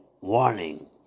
warning